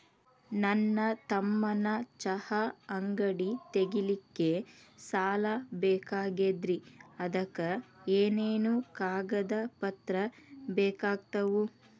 ನನ್ನ ತಮ್ಮಗ ಚಹಾ ಅಂಗಡಿ ತಗಿಲಿಕ್ಕೆ ಸಾಲ ಬೇಕಾಗೆದ್ರಿ ಅದಕ ಏನೇನು ಕಾಗದ ಪತ್ರ ಬೇಕಾಗ್ತವು?